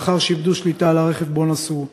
לאחר שאיבדו את השליטה על הרכב שבו נסעו,